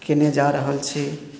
कयने जा रहल छै